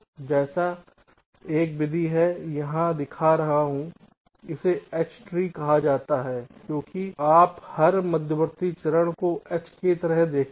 जैसे एक विधि मैं यहाँ दिखा रहा हूँ इसे H ट्री कहा जाता है क्योंकि आप हर मध्यवर्ती चरण को H की तरह देखते हैं